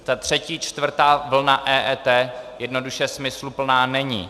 Ta třetí čtvrtá vlna EET jednoduše smysluplná není.